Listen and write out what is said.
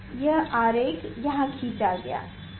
यह आरेख यहाँ खींचा गया है